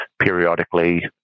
periodically